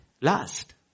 last